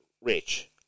Rich